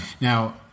Now